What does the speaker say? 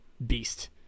beast